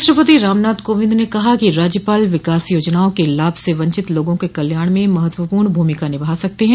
राष्ट्रपति रामनाथ कोविंद ने कहा है कि राज्यपाल विकास योजनाओं के लाभ से वंचित लोगों के कल्याण में महत्वपूर्ण भूमिका निभा सकते हैं